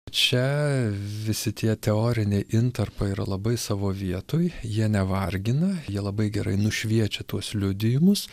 čia visi tie teoriniai intarpai yra labai savo vietoj jie nevargina jie labai gerai nušviečia tuos liudijimus